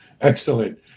Excellent